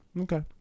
Okay